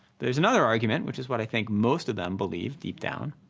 there's another argument, which is what i think most of them believe deep down,